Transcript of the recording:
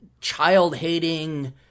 child-hating